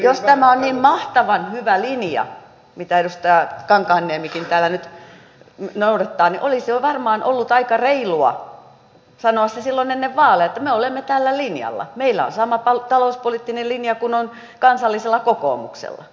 jos tämä on niin mahtavan hyvä linja mitä edustaja kankaanniemikin täällä nyt noudattaa niin olisi varmaan ollut aika reilua sanoa se jo silloin ennen vaaleja että me olemme tällä linjalla meillä on sama talouspoliittinen linja kuin on kansallisella kokoomuksella